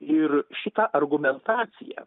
ir šita argumentacija